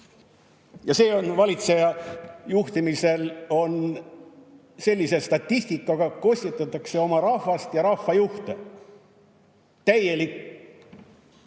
Ja see on valitseja juhtimisel, sellise statistikaga kostitatakse oma rahvast ja rahvajuhte. Täielik